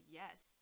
yes